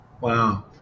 Wow